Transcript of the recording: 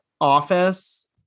office